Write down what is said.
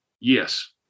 Yes